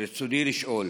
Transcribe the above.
ברצוני לשאול: